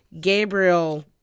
Gabriel